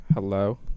Hello